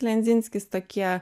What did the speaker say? lenzinskis tokie